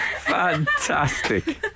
fantastic